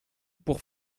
pour